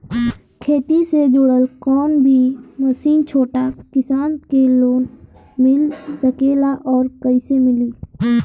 खेती से जुड़ल कौन भी मशीन छोटा किसान के लोन मिल सकेला और कइसे मिली?